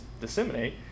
disseminate